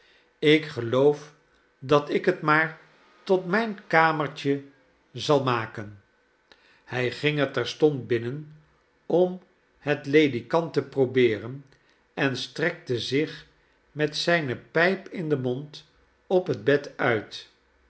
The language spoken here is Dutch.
ik geloof dat ik het maar tot mijn kamertje zal maken hij ging er terstond binnen om het ledikant te probeeren en strekte zich met zijne pijp in den mond op het bed uit